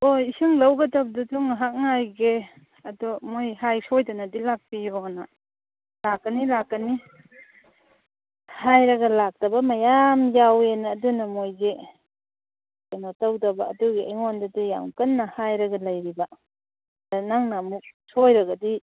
ꯍꯣꯏ ꯏꯁꯤꯡ ꯂꯧꯒꯗꯕꯁꯨ ꯉꯥꯍꯥꯛ ꯉꯥꯏꯒꯦ ꯑꯗꯣ ꯃꯣꯏ ꯍꯥꯏ ꯁꯣꯏꯗꯅꯗꯤ ꯂꯥꯛꯄꯤꯌꯣꯅ ꯂꯥꯛꯀꯅꯤ ꯂꯥꯛꯀꯅꯤ ꯍꯥꯏꯔꯒ ꯂꯥꯛꯇꯕ ꯃꯌꯥꯝ ꯌꯥꯎꯋꯦꯅ ꯑꯗꯨꯅ ꯃꯣꯏꯁꯦ ꯀꯩꯅꯣ ꯇꯧꯗꯕ ꯑꯗꯨꯒꯤ ꯑꯩꯉꯣꯟꯗꯁꯨ ꯌꯥꯝ ꯀꯟꯅ ꯍꯥꯏꯔꯒ ꯂꯩꯔꯤꯕ ꯑꯗ ꯅꯪꯅ ꯑꯃꯨꯛ ꯁꯣꯏꯔꯒꯗꯤ